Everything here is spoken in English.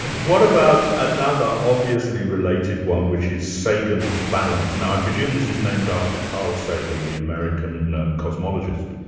what about another obviously related one, which is sagan's balance. now i presume this is named after carl sagan, the american cosmologist?